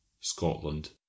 Scotland